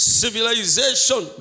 civilization